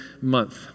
month